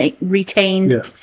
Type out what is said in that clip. retained